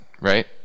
right